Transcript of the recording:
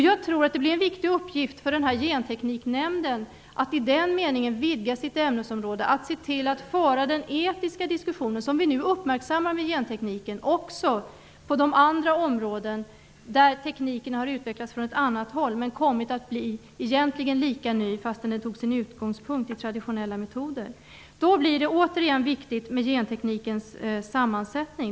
Jag tror att det blir en viktig uppgift för Gentekniknämnden att i den meningen vidga sitt ämnesområde och se till att föra den etiska diskussion som vi nu i och med gentekniken uppmärksammar också på de områden där tekniken har utvecklats från ett annat håll. Den tekniken är egentligen lika ny, fast den tog sin utgångspunkt i traditionella metoder. Då blir det återigen viktigt med Gentekniknämndens sammansättning.